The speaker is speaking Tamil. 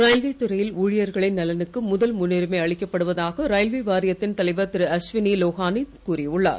ரயில்வே துறையில் ஊழியர்களின் நலனுக்கு முதல் முன்னுரிமை அளிக்கப்படுவதாக ரயில்வே வாரியத்தின் தலைவர் திருஅஸ்வனி லோஹானி கூறியுன்னார்